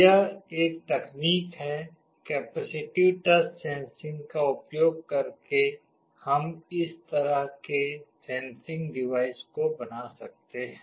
यह एक तकनीक है कैपेसिटिव टच सेंसिंग का उपयोग करके हम इस तरह के सेंसिंग डिवाइस को बना सकते हैं